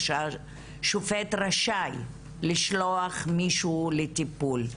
שופט רשאי לשלוח מישהו לטיפול.